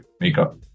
makeup